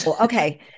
Okay